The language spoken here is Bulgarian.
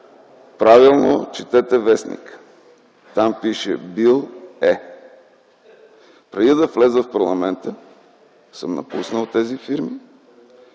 правилно четете вестника. Там пише „бил е”. Преди да вляза в парламента съм напуснал тези фирми.